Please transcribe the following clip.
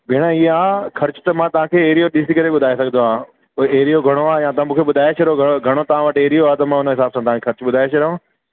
भेण इहा ख़र्चु त मां तव्हांखे एरियो ॾिसी करे ॿुधाए सघंदो आहियां भई एरियो घणो आहे या तव्हां मूंखे ॿुधाए छॾो घणो तव्हां वटि एरियो आहे त मां हुन हिसाब सां तव्हांखे ख़र्चु ॿुधाए छॾिया